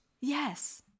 yes